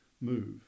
move